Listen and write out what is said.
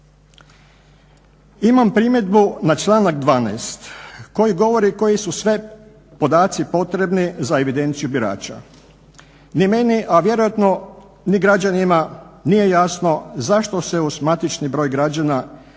Imam primjedbu na članak 12., koji govori koji su sve podaci potrebni za evidenciju birača, ni meni a vjerojatno ni građanima nije jasno zašto se uz matični broj građana prije